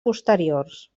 posteriors